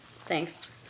Thanks